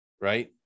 right